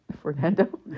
Fernando